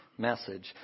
Message